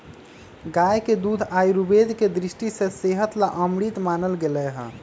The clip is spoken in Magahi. गाय के दूध आयुर्वेद के दृष्टि से सेहत ला अमृत मानल गैले है